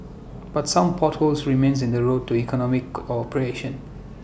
but some potholes remain in the road to economic cooperation